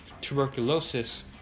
tuberculosis